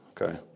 okay